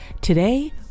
Today